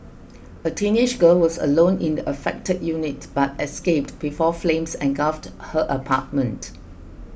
a teenage girl was alone in the affected unit but escaped before flames engulfed her apartment